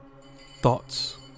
Thoughts